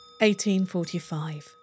1845